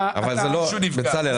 מישהו נפגע.